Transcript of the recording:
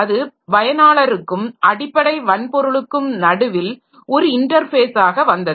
அது பயனாளருக்கும் அடிப்படை வன்பொருளுக்கும் நடுவில் ஒரு இன்டர்ஃபேஸாக வந்தது